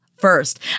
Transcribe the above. First